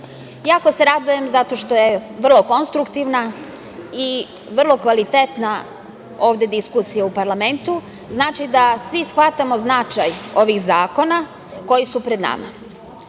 jako se radujem zato što je vrlo konstruktivna i vrlo kvalitetna ovde diskusija u parlamentu. Znači da svi shvatamo značaj ovih zakona koji su pred